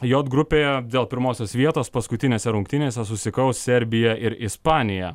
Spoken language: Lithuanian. jot grupėje dėl pirmosios vietos paskutinėse rungtynėse susikaus serbija ir ispanija